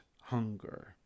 hunger